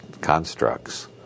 constructs